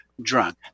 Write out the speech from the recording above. drunk